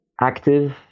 active